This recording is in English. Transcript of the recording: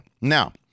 Now